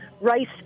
rice